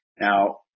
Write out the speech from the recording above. Now